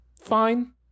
fine